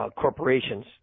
corporations